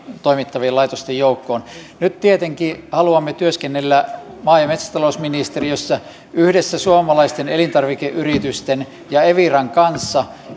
toimittavien laitosten joukkoon kiinan viranomaisten toimesta nyt tietenkin haluamme työskennellä maa ja metsätalousministeriössä yhdessä suomalaisten elintarvikeyritysten ja eviran kanssa